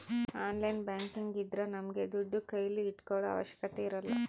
online banking ಇದ್ರ ನಮ್ಗೆ ದುಡ್ಡು ಕೈಲಿ ಇಟ್ಕೊಳೋ ಅವಶ್ಯಕತೆ ಇರಲ್ಲ